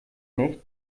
nicht